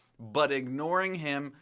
but ignoring him,